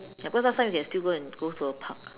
ya because last time we can still go and go to a park